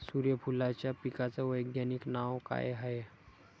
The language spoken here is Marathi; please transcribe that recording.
सुर्यफूलाच्या पिकाचं वैज्ञानिक नाव काय हाये?